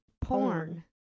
Porn